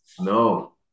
no